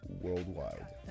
worldwide